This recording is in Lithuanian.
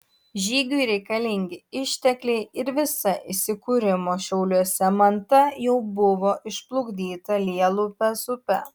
žygiui reikalingi ištekliai ir visa įsikūrimo šiauliuose manta jau buvo išplukdyta lielupės upe